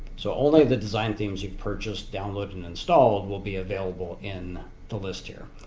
so only the design themes you've purchased, downloaded and installed will be available in the list here.